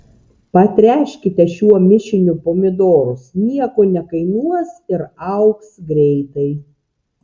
patręškite šiuo mišiniu pomidorus nieko nekainuos ir augs greitai